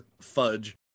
fudge